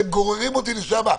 אתם גוררים אותי לשם,